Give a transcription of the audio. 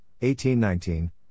1819